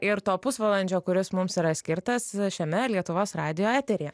ir to pusvalandžio kuris mums yra skirtas šiame lietuvos radijo eteryje